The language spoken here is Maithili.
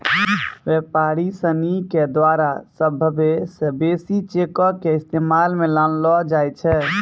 व्यापारी सिनी के द्वारा सभ्भे से बेसी चेको के इस्तेमाल मे लानलो जाय छै